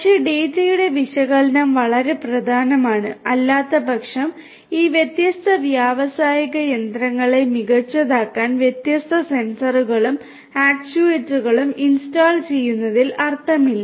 പക്ഷേ ഡാറ്റയുടെ വിശകലനം വളരെ പ്രധാനമാണ് അല്ലാത്തപക്ഷം ഈ വ്യത്യസ്ത വ്യാവസായിക യന്ത്രങ്ങളെ മികച്ചതാക്കാൻ വ്യത്യസ്ത സെൻസറുകളും ആക്യുവേറ്ററുകളും ഇൻസ്റ്റാൾ ചെയ്യുന്നതിൽ അർത്ഥമില്ല